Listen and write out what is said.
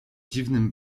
dziwnym